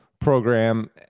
program